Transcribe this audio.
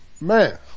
Man